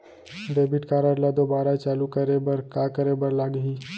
Debit card ला दोबारा चालू करे बर का करे बर लागही?